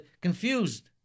confused